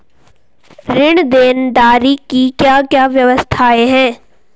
ऋण देनदारी की क्या क्या व्यवस्थाएँ हैं?